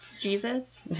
jesus